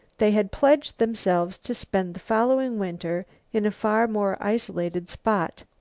they had pledged themselves to spend the following winter in a far more isolated spot,